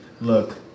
look